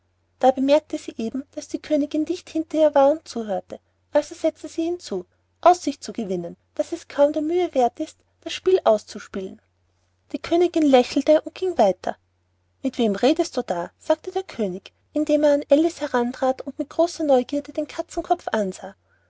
da bemerkte sie eben daß die königin dicht hinter ihr war und zuhörte also setzte sie hinzu aussicht zu gewinnen daß es kaum der mühe werth ist das spiel auszuspielen die königin lächelte und ging weiter mit wem redest du da sagte der könig indem er an alice herantrat und mit großer neugierde den katzenkopf ansah